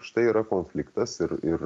štai yra konfliktas ir ir